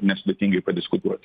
nesudėtingai padiskutuoti